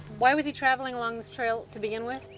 why was he traveling along this trail to begin with?